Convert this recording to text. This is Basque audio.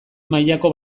mailako